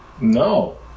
No